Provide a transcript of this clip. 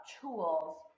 tools